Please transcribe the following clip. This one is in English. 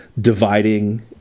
dividing